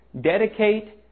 dedicate